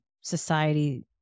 society